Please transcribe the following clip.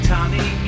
Tommy